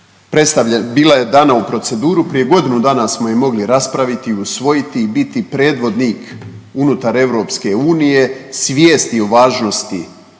bila je dana u proceduru, prije godinu dana smo je mogli raspraviti i usvojiti i biti predvodnik unutar EU svijesti o važnosti